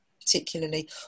particularly